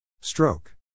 Stroke